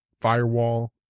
firewall